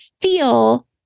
feel